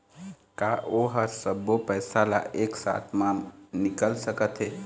का ओ हर सब्बो पैसा ला एक साथ म निकल सकथे?